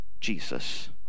Jesus